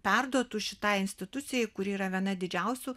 perduotu šitai institucijai kuri yra viena didžiausių